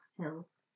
hills